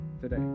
today